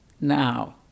now